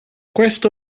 questo